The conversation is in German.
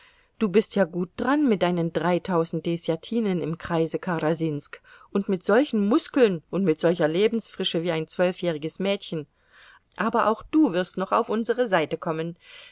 du bist ja gut dran mit deinen dreitausend deßjatinen im kreise karasinsk und mit solchen muskeln und mit solcher lebensfrische wie ein zwölfjähriges mädchen aber auch du wirst noch auf unsere seite kommen